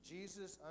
Jesus